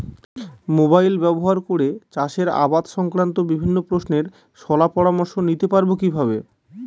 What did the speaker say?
Mobile ব্যাবহার করে চাষের আবাদ সংক্রান্ত বিভিন্ন প্রশ্নের শলা পরামর্শ নিতে পারবো কিভাবে?